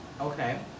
Okay